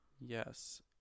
Yes